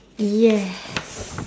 yeah